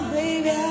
baby